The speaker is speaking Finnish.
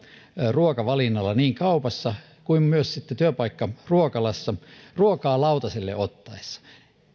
ruokavalinnalla niin kaupassa kuin myös työpaikkaruokalassa ruokaa lautaselle ottaessaan